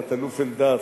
תת-אלוף אלדד,